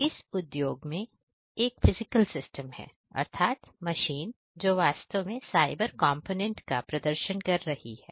इस उद्योग में एक फिजिकल सिस्टम है अर्थात मशीन जो वास्तव में साइबर कॉम्पोनेंट का प्रदर्शन कर रही है